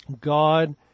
God